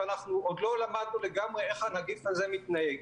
ועוד לא למדנו לגמרי איך הנגיף הזה מתנהג.